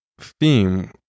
theme